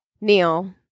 Neil